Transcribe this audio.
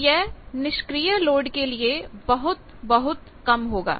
तो यह निष्क्रिय लोड के लिए बहुत बहुत कम होगा